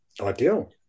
ideal